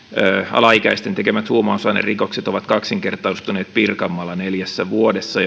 alaikäisten tekemät huumausainerikokset ovat kaksinkertaistuneet pirkanmaalla neljässä vuodessa